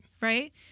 Right